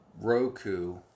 Roku